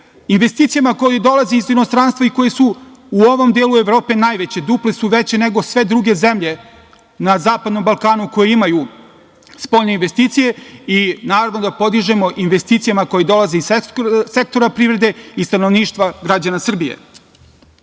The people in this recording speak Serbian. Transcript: investicijama koje dolaze iz inostranstva i koje su u ovom delu Evrope najveće, duplo su veće nego sve druge zemlje na zapadnom Balkanu koje imaju spoljne investicije i naravno da podižemo investicijama koje dolaze iz sektora privrede i stanovništva građana Srbije.U